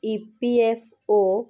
E P F O